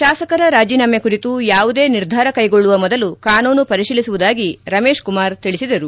ಶಾಸಕರ ರಾಜೀನಾಮೆ ಕುರಿತು ಯಾವುದೇ ನಿರ್ಧಾರ ಕೈಗೊಳ್ಳುವ ಮೊದಲು ಕಾನೂನು ಪರಿಶೀಲಿಸುವುದಾಗಿ ರಮೇಶ್ ಕುಮಾರ್ ತಿಳಿಸಿದರು